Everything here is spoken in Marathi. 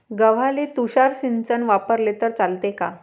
गव्हाले तुषार सिंचन वापरले तर चालते का?